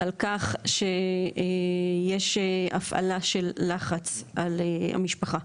על כך שיש הפעלה של לחץ על המשפחה.